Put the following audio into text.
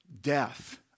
death